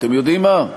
אתם יודעים מה,